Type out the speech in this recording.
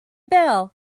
bell